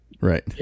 Right